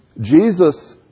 Jesus